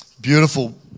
Beautiful